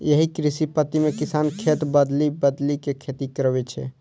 एहि कृषि पद्धति मे किसान खेत बदलि बदलि के खेती करै छै